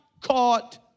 caught